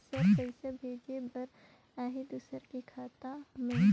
Sir पइसा भेजे बर आहाय दुसर के खाता मे?